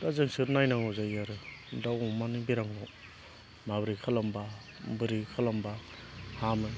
दा जोंसो नायनांगौ जायो आरो दाउ अमानि बेरामखौ माबोरै खालामोबा बोरै खालामोबा हामो